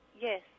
Yes